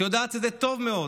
את יודעת את זה טוב מאוד.